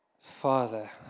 Father